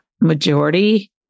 majority